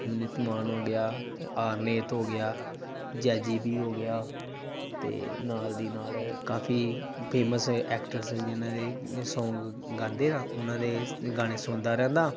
ਅਮ੍ਰਿਤ ਮਾਨ ਹੋ ਗਿਆ ਆਰਨੇਤ ਹੋ ਗਿਆ ਜੈਜੀ ਬੀ ਹੋ ਗਿਆ ਅਤੇ ਨਾਲ ਦੀ ਨਾਲ ਕਾਫ਼ੀ ਫੇਮਸ ਐਕਟਰਸ ਜਿਹਨਾਂ ਦੇ ਸੋਂਗ ਗਾਉਂਦੇ ਆ ਉਹਨਾਂ ਦੇ ਗਾਣੇ ਸੁਣਦਾ ਰਹਿੰਦਾ